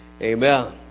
amen